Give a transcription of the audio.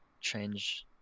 change